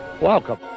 welcome